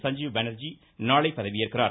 சஞ்சீவ் பானர்ஜி நாளை பதவி ஏற்கிறார்